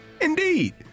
Indeed